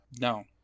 No